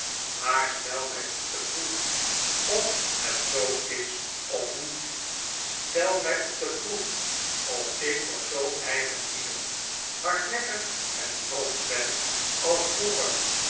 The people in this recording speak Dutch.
maar stel mij op de proef of bet zoo is of niet stel mij op de proef of ik nog zoo eigenlievend hardnekkig en trotsch ben als vroeger